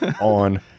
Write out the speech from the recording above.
on